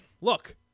look